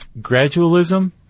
gradualism